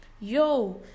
Yo